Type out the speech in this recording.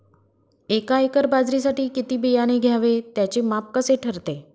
एका एकर बाजरीसाठी किती बियाणे घ्यावे? त्याचे माप कसे ठरते?